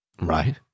right